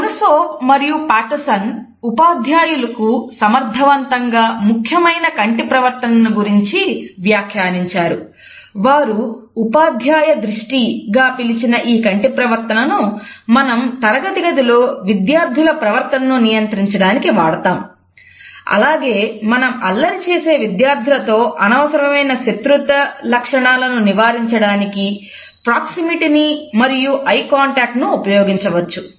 మనుసోవ్ ను ఉపయోగించవచ్చు